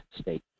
state